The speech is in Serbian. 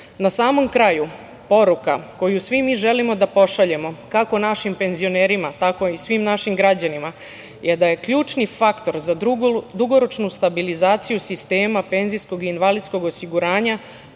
samom kraju poruku koju svi mi želimo da pošaljemo kako našim penzionerima tako i svim našim građanima je da je ključni faktor za dugoročnu stabilizaciju sistema PIO prvenstveno